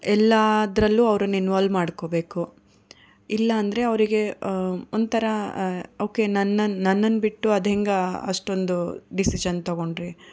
ಎಲ್ಲದ್ರಲ್ಲೂ ಅವ್ರನ್ನ ಇನ್ವಾಲ್ವ್ ಮಾಡ್ಕೊಳ್ಬೇಕು ಇಲ್ಲ ಅಂದರೆ ಅವರಿಗೆ ಒಂಥರ ಓಕೆ ನನ್ನನ್ನ ನನ್ನನ್ನ ಬಿಟ್ಟು ಅದು ಹೆಂಗೆ ಅಷ್ಟೊಂದು ಡಿಸಿಷನ್ ತಗೊಂಡ್ರಿ